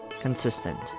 Consistent